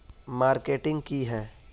Marketing की है?